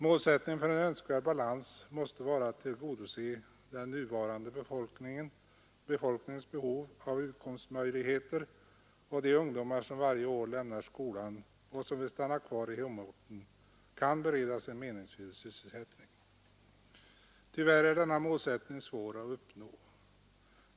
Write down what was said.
Målsättningen för en önskvärd balans måste vara att den nuvarande befolkningens behov av utkomstmöjligheter tillgodoses och att de ungdomar som varje år lämnar skolan och som vill stanna kvar i hemorten kan beredas en meningsfylld sysselsättning. Tyvärr är denna målsättning svår att uppnå.